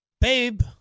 Babe